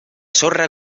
sorra